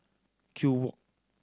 Kew Walk